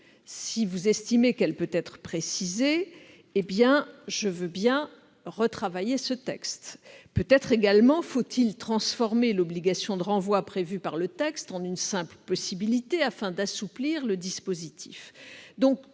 si vous estimez qu'elle peut être précisée, je veux bien la retravailler. Peut-être également faut-il transformer l'obligation de renvoi prévue par le texte en une simple possibilité, afin d'assouplir le dispositif